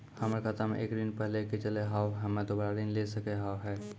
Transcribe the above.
हमर खाता मे एक ऋण पहले के चले हाव हम्मे दोबारा ऋण ले सके हाव हे?